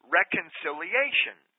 reconciliation